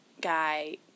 guy